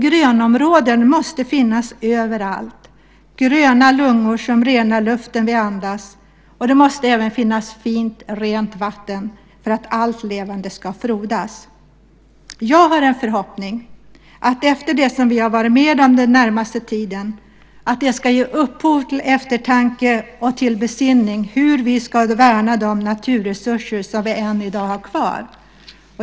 Grönområden måste finnas överallt - gröna lungor som renar luften vi andas. Det måste även finnas fint, rent vatten för att allt levande ska frodas. Jag har en förhoppning om att det som vi varit med om under den senaste tiden ska ge upphov till eftertanke och till besinning när det gäller hur vi ska värna de naturresurser som vi än i dag har kvar.